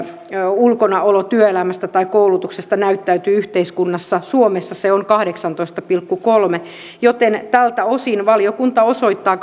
ulkonaolo työelämästä tai koulutuksesta näyttäytyy yhteiskunnassa suomessa se on kahdeksantoista pilkku kolme joten tältä osin valiokunta osoittaa